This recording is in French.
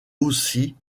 aussi